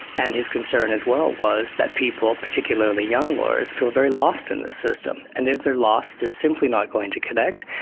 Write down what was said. and his concern as well was that people, particularly young lawyers, feel very lost in this system, and if they're lost they're simply not going to connect.